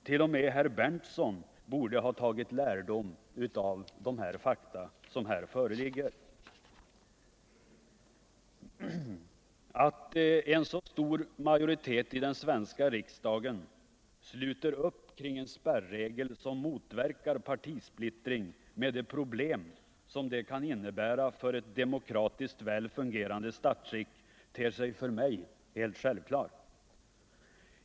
Till och med herr Berndtson borde ha tagit lärdom av de fakta som här föreligger. Att en så stor majoritet i den svenska riksdagen sluter upp kring en spärregel som motverkar partisplittring med de problem som det kan innebära för ett demokratiskt väl fungerande statsskick, ter sig för mig helt självklart.